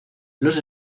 los